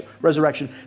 resurrection